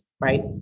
Right